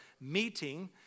meeting